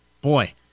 boy